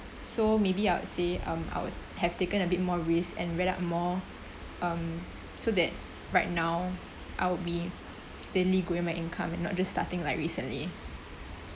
so maybe I would say I would have taken a bit more risk and read up more um so that right now I would be steadily growing my income and not just starting like recently